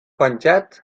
penjat